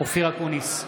אופיר אקוניס,